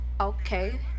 Okay